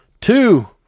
two